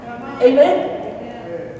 Amen